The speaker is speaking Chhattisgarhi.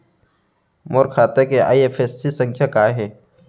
मोर खाता के आई.एफ.एस.सी संख्या का हे?